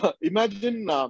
imagine